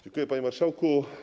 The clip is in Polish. Dziękuję, panie marszałku.